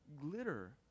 glitter